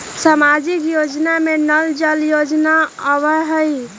सामाजिक योजना में नल जल योजना आवहई?